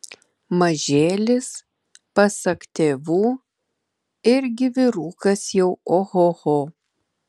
mažėlis pasak tėvų irgi vyrukas jau ohoho